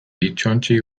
hitzontzi